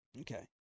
Okay